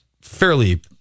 fairly